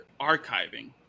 archiving